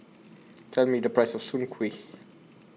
Tell Me The Price of Soon Kuih